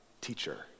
teacher